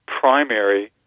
primary